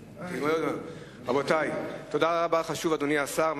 רבה, אדוני השר.